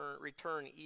return